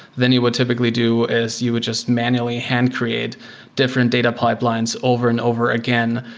then you would typically do as you would just manually hand-create different data pipelines over and over again.